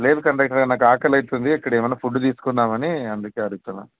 లేదు కండక్టర్ గారు నాకు ఆకలి అయితుంది ఇక్కడ ఏమైన్నా ఫుడ్ తీసుకుందామని అందుకే అడుగుతున్నాను